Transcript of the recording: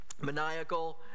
maniacal